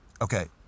Okay